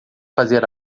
fazer